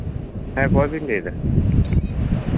ᱦᱮᱸ ᱚᱠᱚᱭ ᱵᱤᱱ ᱞᱟᱹᱭᱫᱟ